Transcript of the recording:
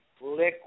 liquid